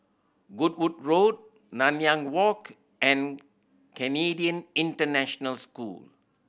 Goodwood Road Nanyang Walk and Canadian International School